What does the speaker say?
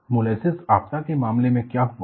molasses आपदा के मामले में क्या हुआ